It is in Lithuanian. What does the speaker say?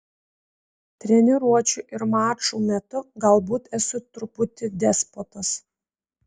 treniruočių ir mačų metu galbūt esu truputį despotas